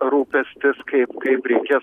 rūpestis kaip kaip reikės